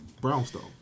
Brownstone